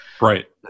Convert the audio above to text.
Right